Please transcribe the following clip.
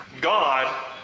God